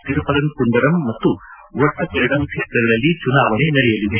ತಿರುಪರನ್ಕುಂದರಮ್ ಮತ್ತು ಒಟ್ಟ ಪಿರಡಂ ಕ್ಷೇತ್ರಗಳಲ್ಲಿ ಚುನಾವಣೆ ನಡೆಯಲಿದೆ